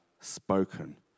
spoken